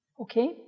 Okay